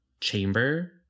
chamber